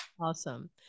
Awesome